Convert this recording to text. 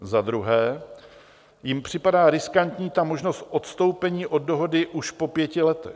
Za druhé jim připadá riskantní ta možnost odstoupení od dohody už po pěti letech.